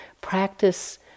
practice